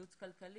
יעוץ כלכלי,